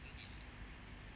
mm